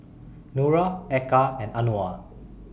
Nura Eka and Anuar